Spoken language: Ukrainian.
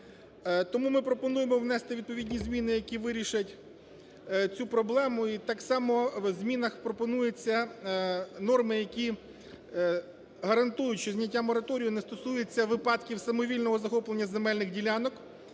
Тому ми пропонуємо внести відповідні зміни, які вирішать цю проблему. І так само в змінах пропонується норми, які гарантують, що зняття мораторію не стосується випадків самовільного захоплення земельних ділянок,